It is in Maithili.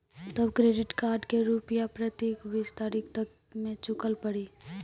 तब क्रेडिट कार्ड के रूपिया प्रतीक बीस तारीख तक मे चुकल पड़ी?